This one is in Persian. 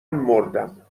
مردم